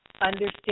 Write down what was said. understand